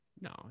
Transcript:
No